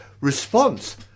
response